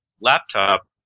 laptop